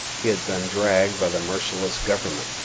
he had been dragged by the merciless government.